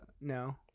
No